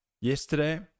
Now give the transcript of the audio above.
yesterday